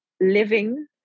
living